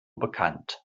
bekannt